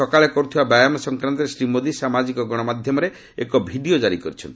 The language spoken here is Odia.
ସକାଳେ କରୁଥିବା ବ୍ୟାୟାମ ସଂକ୍ରାନ୍ତରେ ଶ୍ରୀ ମୋଦି ସାମାଜିକ ଗଣମାଧ୍ୟମରେ ଏକ ଭିଡ଼ିଓ ଜାରି କରିଛନ୍ତି